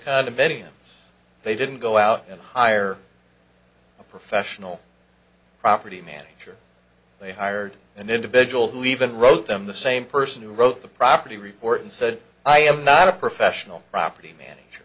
condominium they didn't go out and hire a professional property manager they hired an individual who even wrote them the same person who wrote the property report and said i am not a professional property manager